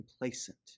complacent